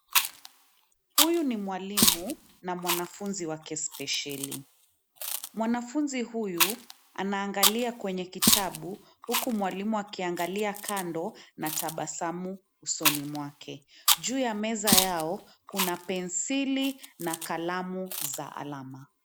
Huyu ni mwalimu na mwanafunzi wake spesheli. Mwanafunzi huyu anaangalia kwenye kitabu, huku mwalimu akiangalia kando na tabasamu usoni mwake. Juu ya meza yao kuna penseli na kalamu za alama.